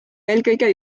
eelkõige